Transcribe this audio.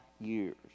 years